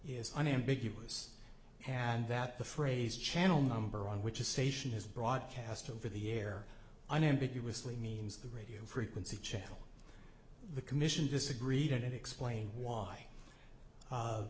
is unambiguous and that the phrase channel number on which is sation is broadcast over the air unambiguously means the radio frequency channel the commission disagreed and explain why